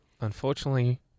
unfortunately